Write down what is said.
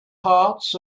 hearts